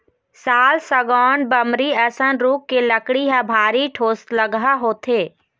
साल, सागौन, बमरी असन रूख के लकड़ी ह भारी ठोसलगहा होथे